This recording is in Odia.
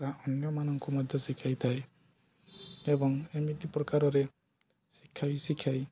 ତା ଅନ୍ୟମାନଙ୍କୁ ମଧ୍ୟ ଶିଖାଇଥାଏ ଏବଂ ଏମିତି ପ୍ରକାରରେ ଶିଖାଇ ଶିଖାଇ